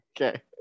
Okay